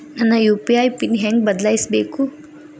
ನನ್ನ UPI PIN ಹೆಂಗ್ ಬದ್ಲಾಯಿಸ್ಬೇಕು?